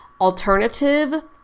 alternative